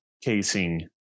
casing